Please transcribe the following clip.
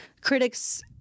critics